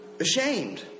ashamed